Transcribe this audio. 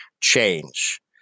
change